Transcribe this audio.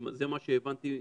זה מה שהבנתי ממנו.